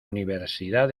universidad